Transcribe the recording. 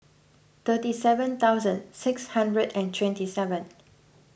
three seventy thousand six hundred and twenty seven